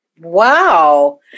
Wow